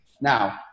Now